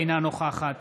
אינה נוכחת